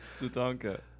Tatanka